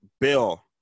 Bill